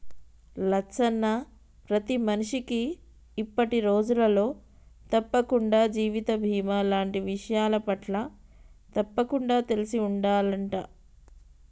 లచ్చన్న ప్రతి మనిషికి ఇప్పటి రోజులలో తప్పకుండా జీవిత బీమా లాంటి విషయాలపట్ల తప్పకుండా తెలిసి ఉండాలంట